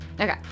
Okay